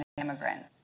immigrants